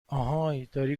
اهای، داری